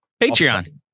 Patreon